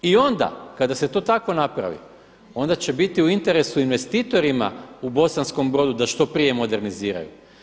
I onda kada se to tako napravi, onda će biti u interesu investitorima u Bosanskom Brodu da što prije moderniziraju.